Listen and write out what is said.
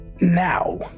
now